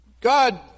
God